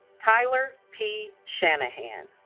tyler p. shanahan